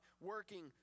working